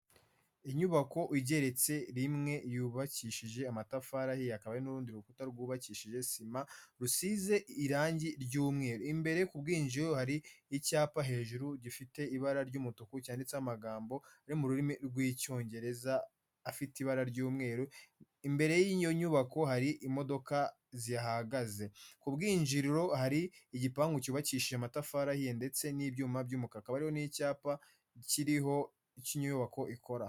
Inyubako igeretse rimwe yubakishije amatafari ahiye. Hakaba hari n'urundi rukuta rwubakishije sima rusize irangi ry'umweru. Imbere ku bwinjiriro hari icyapa hejuru gifite ibara ry'umutuku cyanditseho amagambo yo mu rurimi rw'Icyongereza afite ibara ry'umweru. Imbere y'iyo nyubako hari imodoka zihahagaze. Ku bwinjiriro hari igipangu cyubakishije amatafari ahiye ndetse n'ibyuma by'umukara. Hakaba hariho n'icyapa kiriho icyo iyo nyubako ikora.